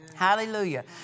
Hallelujah